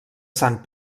sant